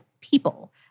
people—